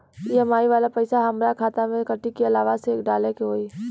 EMI वाला पैसा हाम्रा खाता से कटी की अलावा से डाले के होई?